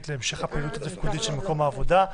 להמשך הפעילות התפקודית של מקום העבודה,